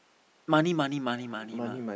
money money money money mah